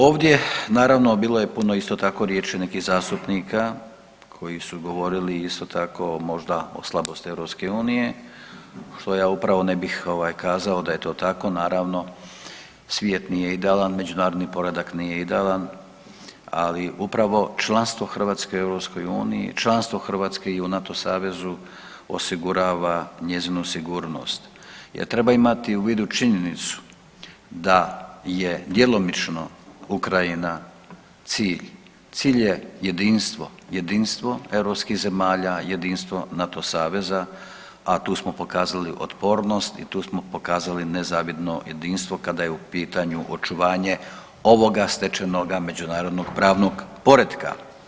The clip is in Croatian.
Ovdje naravno bilo je puno isto tako riječi nekih zastupnika koji su govorili isto tako možda o slabosti EU, što ja upravo ne bih ovaj kazao da je to tako, naravno svijet nije idealan, međunarodni poredak nije idealan, ali upravo članstvo Hrvatske u EU, članstvo Hrvatske i u NATO savezu osigurava njezinu sigurnost jer treba imati u vidu činjenicu da je djelomično Ukrajina cilj, cilj je jedinstvo, jedinstvo europskih zemalja, jedinstvo NATO saveza, a tu smo pokazali otpornost i tu smo pokazali nezavidno jedinstvo kada je u pitanju očuvanje ovoga stečenoga međunarodnog pravnog poretka.